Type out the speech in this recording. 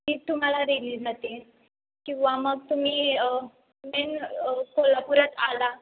ती तुम्हाला दिली जाते किंवा मग तुम्ही मेन कोल्हापूरात आला